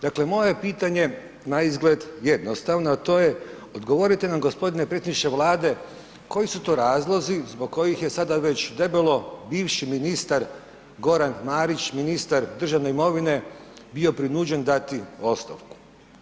Dakle, moje je pitanje naizgled jednostavno, a to je, odgovorite nam g. predsjedniče Vlade, koji su to razlozi zbog kojih je sada već debelo bivši ministar Goran Marić, ministar državne imovine bio prinuđen dati ostavku.